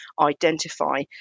identify